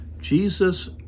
Jesus